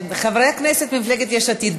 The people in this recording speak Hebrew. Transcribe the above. חברי הכנסת ממפלגת יש עתיד,